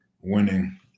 winning